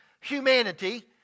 humanity